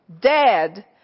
dead